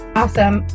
awesome